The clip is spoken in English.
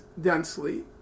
densely